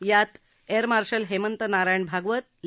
यामध्ये air marshal Hemant Narayan Bhagwat ले